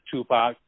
Tupac